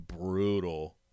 brutal